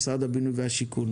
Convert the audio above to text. משרד הבינוי והשיכון.